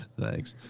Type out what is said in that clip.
Thanks